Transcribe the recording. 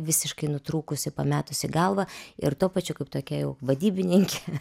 visiškai nutrūkusi pametusi galvą ir tuo pačiu kaip tokia jau vadybininkė